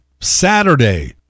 Saturday